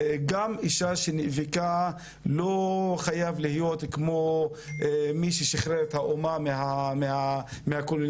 גם אישה שנאבקה לא חייב להיות כמו מי ששחרר את האומה מהקולוניאליזם,